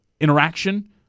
interaction